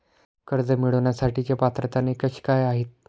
कर्ज मिळवण्यासाठीचे पात्रता निकष काय आहेत?